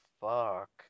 fuck